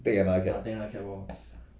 take another cab